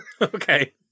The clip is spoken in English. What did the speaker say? Okay